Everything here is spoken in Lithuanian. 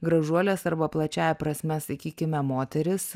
gražuolės arba plačiąja prasme sakykime moteris